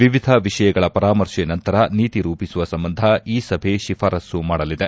ವಿವಿಧ ವಿಷಯಗಳ ಪರಾಮರ್ಶೆ ನಂತರ ನೀತಿ ರೂಪಿಸುವ ಸಂಬಂಧ ಈ ಸಭೆ ಶಿಫಾರಸ್ತು ಮಾಡಲಿದೆ